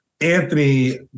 Anthony